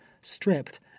stripped